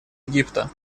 египта